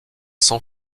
sans